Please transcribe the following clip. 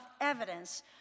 evidence